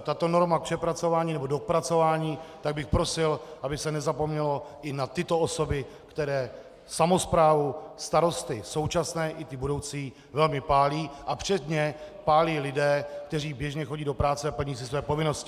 tato norma k přepracování nebo k dopracování, tak bych prosil, aby se nezapomnělo i na tyto osoby, které samosprávu, starosty současné i budoucí velmi pálí a předně pálí lidi, kteří běžně chodí do práce a plní si své povinnosti.